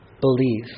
believe